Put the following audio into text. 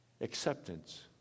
acceptance